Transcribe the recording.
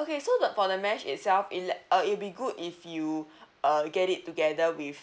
okay so the for the mesh itself it uh it'll be good if you uh get it together with